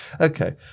Okay